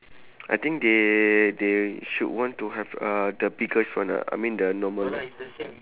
I think they they should want to have uh the biggest one lah I mean the normal one